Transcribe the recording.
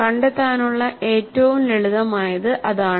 കണ്ടെത്താനുള്ള ഏറ്റവും ലളിതമായത് അതാണ്